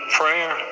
prayer